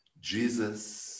Jesus